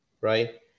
Right